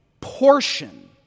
portion